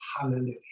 hallelujah